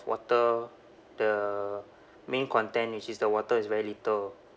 water the main content which is the water is very little